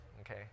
okay